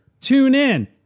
TuneIn